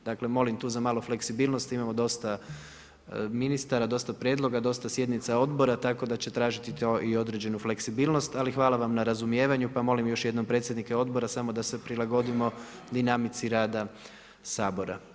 D Dakle molim tu za malo fleksibilnosti, imamo dosta ministara, dosta prijedloga, dosta sjednica odbora, tako da će tražiti to i određenu fleksibilnost, ali hvala vam na razumijevanju, pa molim još jednom predsjednike odbora samo da se prilagodimo dinamici rada Sabora.